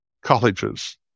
colleges